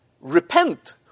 Repent